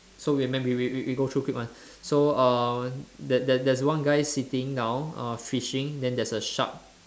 so we we we we go through a quick one so uh there there there's one guy sitting down uh fishing then there's a shark